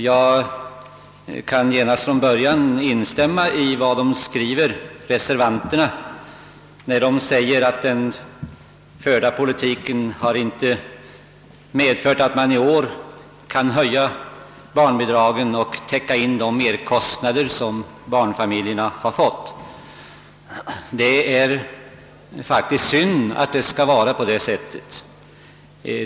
Jag kan genast från början instämma i vad reservanterna skriver, när de säger, att den förda politiken inte har medfört, att man i år kan höja barnbidragen och täcka in de merkostnader som barnfamiljerna har fått. Det är faktiskt synd att det skall vara på det sättet.